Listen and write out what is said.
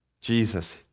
Jesus